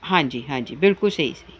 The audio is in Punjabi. ਹਾਂਜੀ ਹਾਂਜੀ ਬਿਲਕੁਲ ਸਹੀ ਸੀ